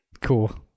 Cool